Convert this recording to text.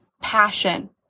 Passion